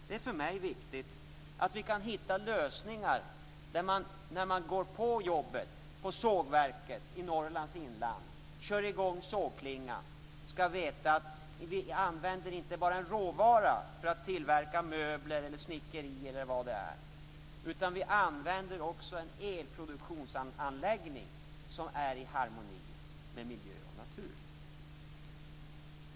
Det är för mig viktigt att man kan hitta lösningar där man, när man går till jobbet på sågverket i Norrlands inland och kör i gång sågklingan, skall veta detta: Vi använder inte bara en råvara för att tillverka möbler, snickerier eller vad det är, utan vi använder också en elproduktionsanläggning som är i harmoni med miljö och natur.